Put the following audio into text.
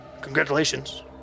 Congratulations